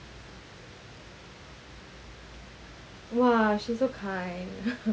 !wah! so so kind